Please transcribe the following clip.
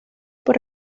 por